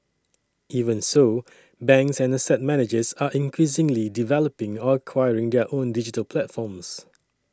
even so banks and asset managers are increasingly developing or acquiring their own digital platforms